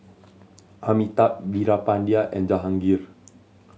Amitabh Veerapandiya and Jahangir